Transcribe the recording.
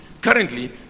Currently